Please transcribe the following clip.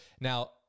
Now